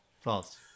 False